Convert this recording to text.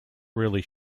really